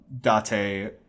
Date